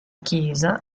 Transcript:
chiesa